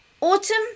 autumn